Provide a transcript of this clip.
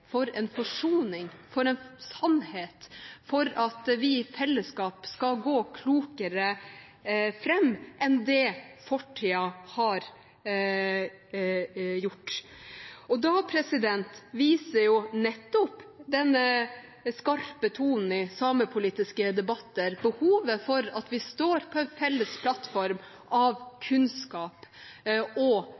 for en forsoning, for en sannhet, for at vi i fellesskap skal gå klokere fram enn det man har gjort i fortiden. Da viser nettopp den skarpe tonen i samepolitiske debatter behovet for at vi står på en felles plattform av kunnskap og